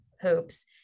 hoops